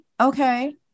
Okay